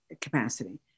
capacity